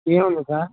ఏ మందు సార్